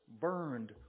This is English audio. burned